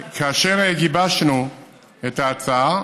כאשר גיבשנו את ההצעה,